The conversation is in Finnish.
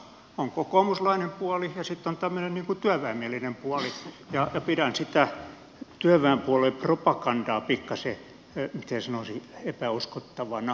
on kokoomuslainen puoli ja sitten on tämmöinen niin kuin työväenmielinen puoli ja pidän sitä työväenpuoluepropagandaa pikkasen miten sanoisi epäuskottavana